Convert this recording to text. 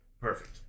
Perfect